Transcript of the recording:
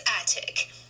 Attic